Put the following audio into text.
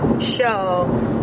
show